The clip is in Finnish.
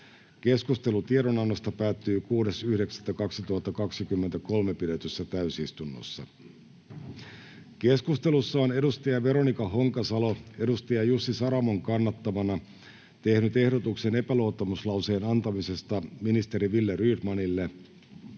Keskustelu tiedonannosta päättyi 6.9.2023 pidetyssä täysistunnossa. Keskustelussa on Veronika Honkasalo Jussi Saramon kannattamana tehnyt ehdotuksen epäluottamuslauseen antamisesta ministeri Wille Rydmanille